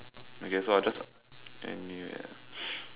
okay so I just anywhere ah